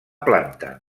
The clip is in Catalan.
planta